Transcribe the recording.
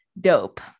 DOPE